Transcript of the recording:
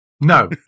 No